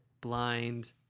blind